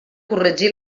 corregir